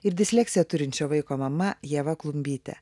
ir disleksiją turinčio vaiko mama ieva klumbyte